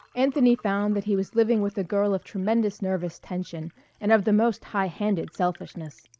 anthony found that he was living with a girl of tremendous nervous tension and of the most high-handed selfishness.